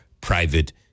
private